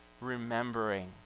remembering